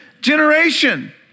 generation